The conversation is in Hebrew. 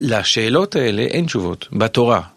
לשאלות האלה אין תשובות בתורה.